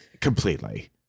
completely